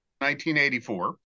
1984